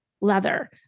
leather